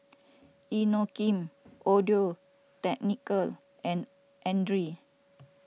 Inokim Audio Technica and andre